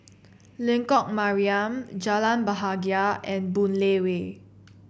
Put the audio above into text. Lengkok Mariam Jalan Bahagia and Boon Lay Way